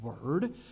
word